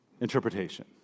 interpretation